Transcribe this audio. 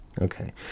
Okay